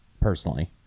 personally